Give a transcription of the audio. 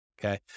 Okay